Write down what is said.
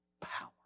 power